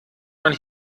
man